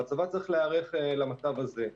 והצבא צריך להיערך למצב הזה.